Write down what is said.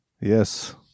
Yes